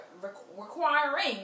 requiring